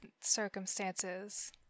circumstances